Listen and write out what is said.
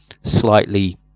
slightly